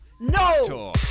No